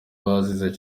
bazize